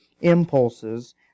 impulses